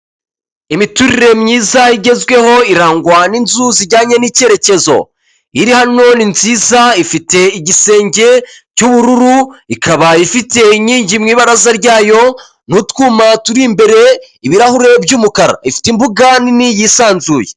Imiturire myiza igezweho irangwa n'inzu zijyanye n'icyerekezo, iri hano ni nziza ifite igisenge cy'ubururu ikaba ifite inkingi mu ibaraza ryayo n'utwuma turi imbere ibirahuri by'umukara ifite imbuga nini yisanzuye.